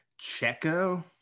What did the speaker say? Checo